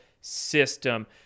system